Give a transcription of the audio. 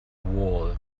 wall